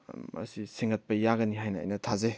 ꯃꯁꯤ ꯁꯦꯝꯒꯠꯄ ꯌꯥꯒꯅꯤ ꯍꯥꯏꯅ ꯑꯩꯅ ꯊꯥꯖꯩ